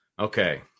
Okay